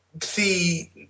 see